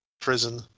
prison